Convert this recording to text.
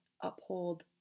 uphold